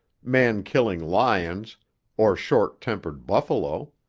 man-killing lions or short-tempered buffalo.